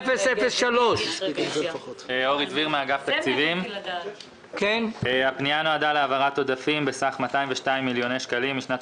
54-003. הפנייה נועדה להעברת עודפים בסך 202 מיליוני שקלים משנת